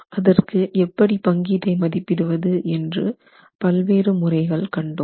அதற்கு எப்படி பங்கீட்டை மதிப்பிடுவது என்று பல்வேறு முறைகள் கண்டோம்